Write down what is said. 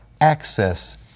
access